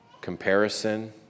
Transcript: comparison